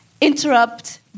interrupt